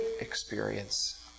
experience